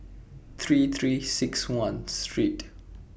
three three six one Street